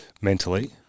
mentally